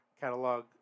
catalog